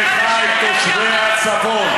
היכן תושבי הצפון?